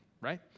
right